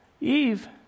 Eve